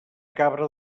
cabra